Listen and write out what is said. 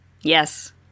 Yes